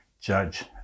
judge